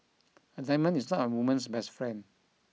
a diamond is not a woman's best friend